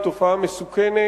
היא תופעה מסוכנת